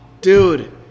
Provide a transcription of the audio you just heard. dude